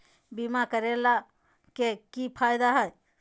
बीमा करैला के की फायदा है?